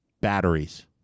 Batteries